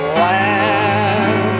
land